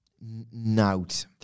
Note